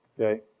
okay